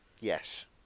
Yes